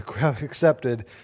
accepted